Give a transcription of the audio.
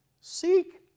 Seek